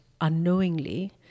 unknowingly